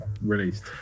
released